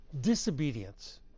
disobedience